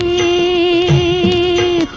e